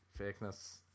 Fakeness